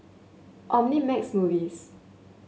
Omnimax Movies